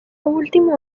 último